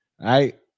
right